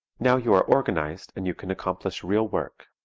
now you are organized and you can accomplish real work.